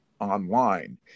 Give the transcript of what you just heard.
online